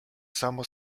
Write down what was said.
samo